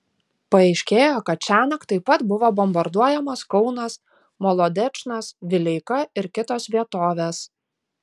paaiškėjo kad šiąnakt taip pat buvo bombarduojamas kaunas molodečnas vileika ir kitos vietovės